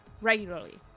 regularly